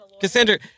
Cassandra